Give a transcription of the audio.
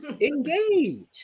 Engage